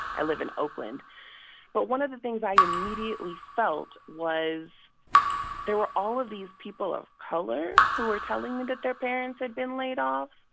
i live in oakland but one of the things i immediately felt was there were all of these people of color who were telling me that their parents had been laid off.